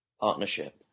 partnership